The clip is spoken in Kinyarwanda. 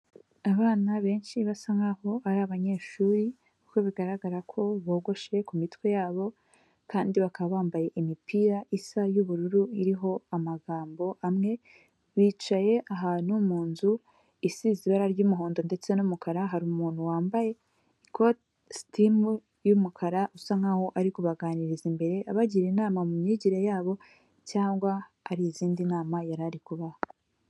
Abana benshi basa nk'aho ari abanyeshuri kuko bigaragara ko bogoshe ku mitwe yabo kandi bakaba bambaye imipira isa y'ubururu iriho amagambo amwe, bicaye ahantu mu nzu isize ibara ry'umuhondo ndetse n'umukara, hari umuntu wambaye kositimu y'umukara usa nk'aho ari kubaganiriza imbere, abagira inama mu myigire yabo cyangwa ari izindi nama yarari kubaha.